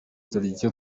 turya